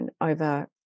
over